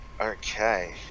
Okay